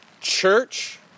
church